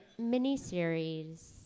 miniseries